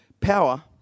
Power